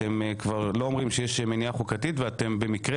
אתם כבר לא אומרים שיש מניעה חוקתית ובמקרה